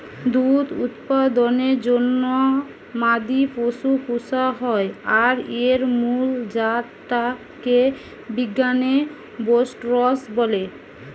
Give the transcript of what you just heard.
দুধ উৎপাদনের জন্যে মাদি পশু পুশা হয় আর এর মুল জাত টা কে বিজ্ঞানে বস্টরস বলে